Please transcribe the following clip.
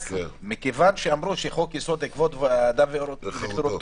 מכיוון שאמרו שחוק יסוד: כבוד האדם וחירותו,